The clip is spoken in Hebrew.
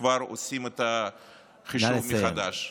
כבר עושים את החישוב מחדש.